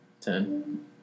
ten